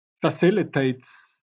facilitates